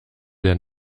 der